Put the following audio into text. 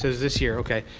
was this year, ok.